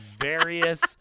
various